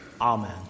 Amen